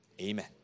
Amen